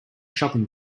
shopping